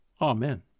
Amen